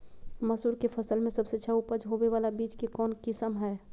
मसूर के फसल में सबसे अच्छा उपज होबे बाला बीज के कौन किस्म हय?